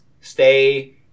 stay